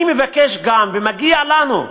אני מבקש גם, ומגיע לנו,